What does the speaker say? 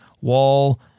Wall